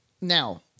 Now